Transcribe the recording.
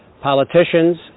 politicians